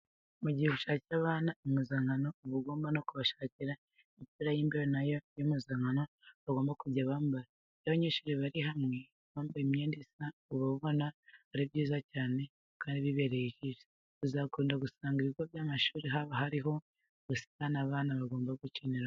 Mu gihe ushakiye abana impuzankano uba ugomba no kubashakira imipira y'imbeho na yo y'impuzanakano bagomba kujya bambara. Iyo abanyeshuri bari hamwe bambaye imyenda isa uba ubona ari byiza cyane kandi bibereye ijisho. Uzakunda gusanga mu bigo by'amashuri haba harimo ubusitani abana bagomba gukiniramo.